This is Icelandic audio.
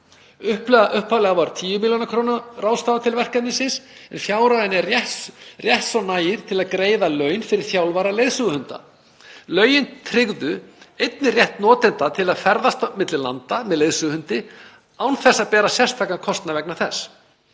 Upphaflega var 10 millj. kr. ráðstafað til verkefnisins, en fjárhæðin rétt svo nægir til að greiða laun fyrir þjálfara leiðsöguhunda. Lögin tryggðu einnig rétt notenda til að ferðast á milli landa með leiðsöguhundi án þess að bera sérstakan kostnað vegna þess.